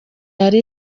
yari